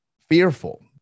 fearful